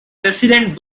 resident